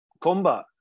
combat